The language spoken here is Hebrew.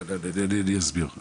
אני אסביר.